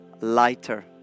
lighter